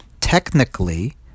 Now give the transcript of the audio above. technically